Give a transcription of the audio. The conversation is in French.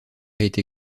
été